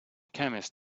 chemist